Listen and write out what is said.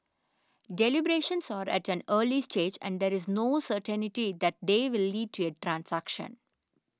deliberations are at an early stage and there is no certainty that they will lead to a transaction